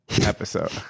episode